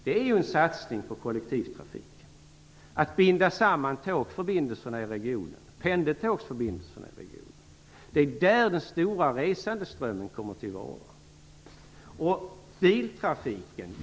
Det är en satsning på kollektivtrafik att binda samman pendeltågförbindelserna i regionen. Det är där som den stora resandeströmmen kommer att finnas.